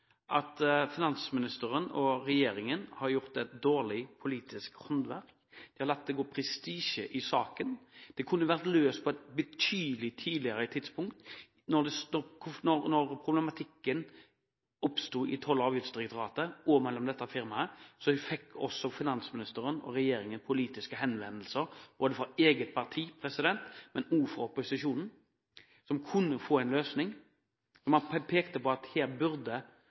at finansministeren og regjeringen har gjort et dårlig politisk håndverk. De har latt det gå prestisje i saken. Det kunne vært løst på et betydelig tidligere tidspunkt, da problematikken oppsto mellom Toll- og avgiftsdirektoratet og dette firmaet. Da fikk også finansministeren og regjeringen politiske henvendelser både fra eget parti og fra opposisjonen, som kunne gjort at man fikk en løsning. Man pekte på at her